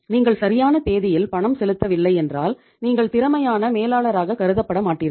நீங்கள் சரியான தேதியில் பணம் செலுத்தவில்லை என்றால் நீங்கள் திறமையான மேலாளராக கருதப்பட மாட்டீர்கள்